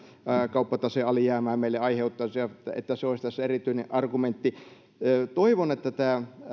kauppataseen alijäämää meille aiheuttaisivat että se olisi tässä erityinen argumentti toivon että tämä